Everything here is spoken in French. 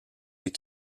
des